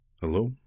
Hello